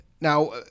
Now